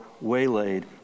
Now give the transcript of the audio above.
waylaid